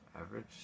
average